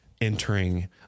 entering